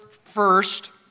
first